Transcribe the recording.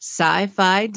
Sci-Fi